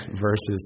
verses